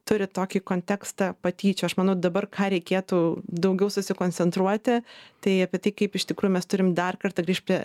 turi tokį kontekstą patyčių aš manau dabar ką reikėtų daugiau susikoncentruoti tai apie tai kaip iš tikrųjų mes turim dar kartą grįšt prie